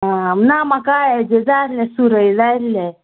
आं ना म्हाका हेजे जाय आहले सुरय जाय आसले